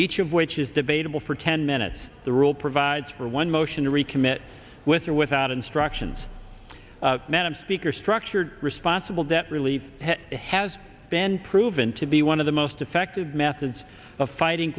each of which is debatable for ten minutes the rule provides for one motion to recommit with or without instructions madam speaker structured responsible debt relief has been proven to be one of the most effective methods of fighting